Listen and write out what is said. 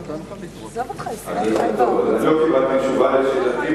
זה רק לא נתן תשובה על שאלתי,